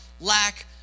lack